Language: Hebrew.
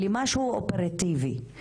למשהו אופרטיבי.